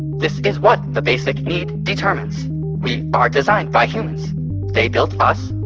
this is what the basic need determines. we are designed by humans they built us,